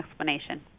explanation